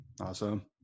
Awesome